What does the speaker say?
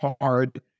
hard